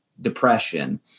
depression